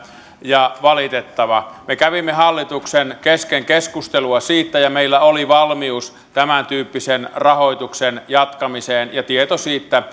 ja valitettava me kävimme hallituksen kesken keskustelua siitä ja meillä oli valmius tämäntyyppisen rahoituksen jatkamiseen ja tieto siitä